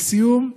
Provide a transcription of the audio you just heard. לסיום,